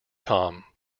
tom